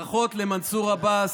ברכות למנסור עבאס,